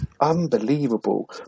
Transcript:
unbelievable